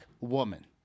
woman